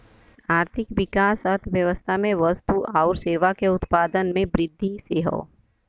आर्थिक विकास अर्थव्यवस्था में वस्तु आउर सेवा के उत्पादन में वृद्धि से हौ